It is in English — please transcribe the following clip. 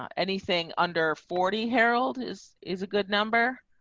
um anything under forty herald is is a good number.